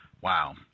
wow